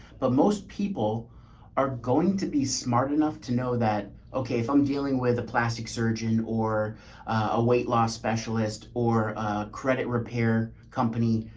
but most people are going to be smart enough to know that, okay, if i'm dealing with a plastic surgeon or a weight loss specialist or a credit repair company,